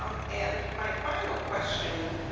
um and my final question,